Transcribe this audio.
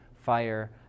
fire